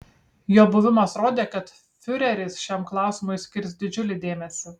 jo buvimas rodė kad fiureris šiam klausimui skirs didžiulį dėmesį